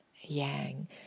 Yang